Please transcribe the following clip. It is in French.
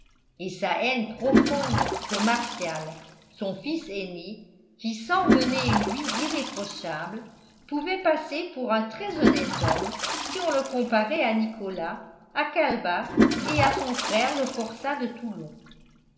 et sa haine profonde pour martial son fils aîné qui sans mener une vie irréprochable pouvait passer pour un très-honnête homme si on le comparait à nicolas à calebasse et à son frère le forçat de toulon